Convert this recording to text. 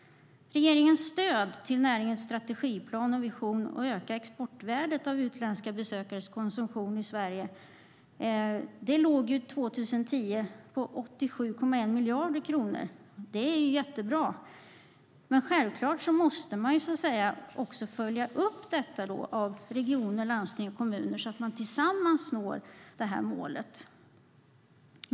Regeringens stöd till näringens strategiplan och vision att öka exportvärdet av utländska besökares konsumtion i Sverige låg 2010 på 87,1 miljarder kronor. Det är jättebra. Men självklart måste man också följa upp detta från regioner, landsting och kommuner så att man tillsammans når detta mål.